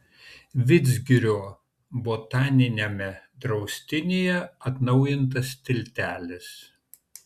vidzgirio botaniniame draustinyje atnaujintas tiltelis